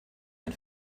ein